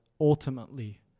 ultimately